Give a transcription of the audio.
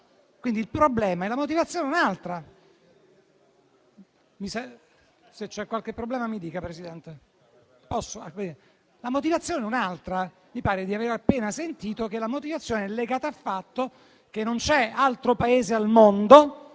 legato alla stabilità; la motivazione è un'altra. Mi pare di aver appena sentito che la motivazione è legata al fatto che non c'è altro Paese al mondo,